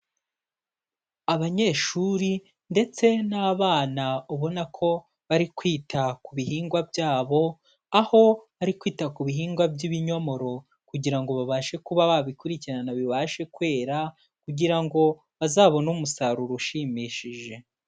Abanyeshuri ndetse n'abana ubona ko bari kwita ku bihingwa byabo, aho bari kwita ku bihingwa by'ibinyomoro kugira ngo babashe kuba babikurikirana bibashe kwera kugira ngo bazabone umusaruro ushimishije.